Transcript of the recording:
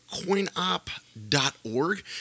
coinop.org